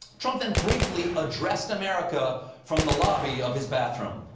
trump and briefly addressed america from the lobby of his bathroom.